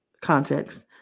context